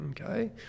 okay